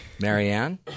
Marianne